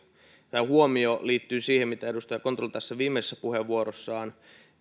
tai huomio liittyy siihen kun edustaja kontula viimeisessä puheenvuorossaan